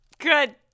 good